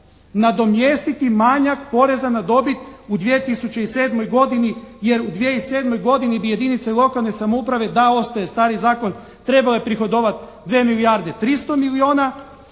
nadomjestiti manjak poreza na dobit u 2007. godini jer u 2007. godini gdje jedinice lokalne samouprave da ostaje stari zakon trebao je prihodovati dvije milijarde tristo milijuna,